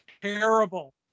Terrible